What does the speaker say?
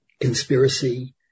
conspiracy